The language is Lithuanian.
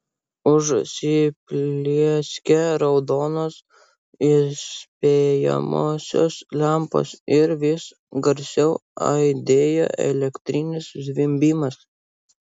užsiplieskė raudonos įspėjamosios lempos ir vis garsiau aidėjo elektrinis zvimbimas